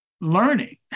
learning